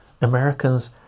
americans